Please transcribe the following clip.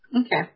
Okay